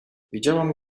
widziałam